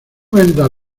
vendas